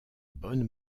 bonne